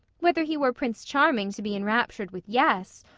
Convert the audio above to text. whether he were prince charming to be enraptured with yes,